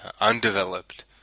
undeveloped